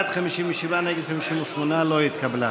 בעד, 57, נגד, 58. לא התקבלה.